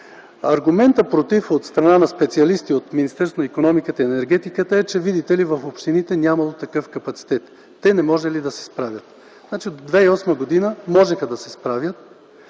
Аргументът „против” от страна на специалисти от Министерството на икономиката, енергетиката и туризма е, че видите ли, в общините нямало такъв капацитет и те не можели да се справят. До 2008 г. обаче можеха да се справят!